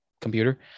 computer